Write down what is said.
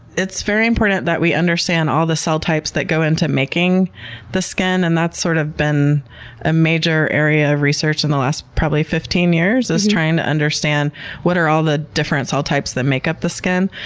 it's very important that we understand all the cell types that go into making the skin. and that's sort of been a major area of research in the last, probably, fifteen years, is trying to understand what are all the different cell types that make up the skin.